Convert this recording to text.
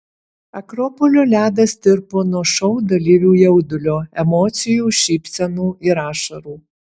akropolio ledas tirpo nuo šou dalyvių jaudulio emocijų šypsenų ir ašarų